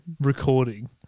recording